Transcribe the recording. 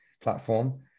platform